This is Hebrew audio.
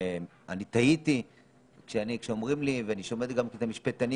ואני תהיתי כשאומרים לי ואני שמעתי גם את המשפטנים